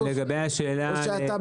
שימוש תדיר